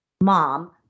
Mom